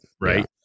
Right